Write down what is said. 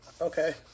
Okay